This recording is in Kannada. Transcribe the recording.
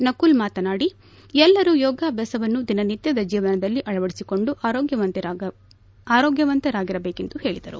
ನಕುಲ್ ಮಾತನಾಡಿ ಎಲ್ಲರೂ ಯೋಗಾಭ್ಯಾಸವನ್ನು ದಿನನಿತ್ಯದ ಜೀವನದಲ್ಲಿ ಅಳವಡಿಸಿಕೊಂಡು ಆರೋಗ್ಯವಂತರಾಗಿರಬೇಕೆಂದು ಹೇಳಿದರು